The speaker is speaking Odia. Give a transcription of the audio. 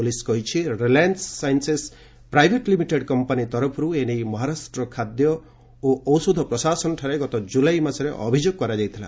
ପ୍ରଲିସ୍ କହିଛି ରିଲାଏନୁ ସାଇନ୍ସେସ୍ ପ୍ରାଇଭେଟ୍ ଲିମିଟେଡ୍ କମ୍ପାନି ତରଫରୁ ଏ ନେଇ ମହାରାଷ୍ଟ୍ର ଖାଦ୍ୟ ଓ ଔଷଧ ପ୍ରଶାସନଠାରେ ଗତ ଜୁଲାଇ ମାସରେ ଅଭିଯୋଗ କରାଯାଇଥିଲା